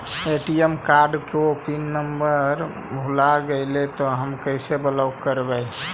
ATM card को PIN number भुला गैले तौ हम कैसे ब्लॉक करवै?